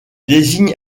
désignent